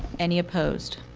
any opposed?